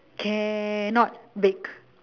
cannot bake